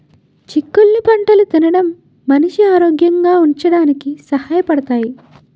చిక్కుళ్ళు పంటలు తినడం మనిషి ఆరోగ్యంగా ఉంచడానికి సహాయ పడతాయి